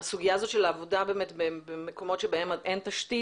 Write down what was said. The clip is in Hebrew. הסוגיה הזו של העבודה במקומות שבהם אין תשתית,